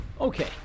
Okay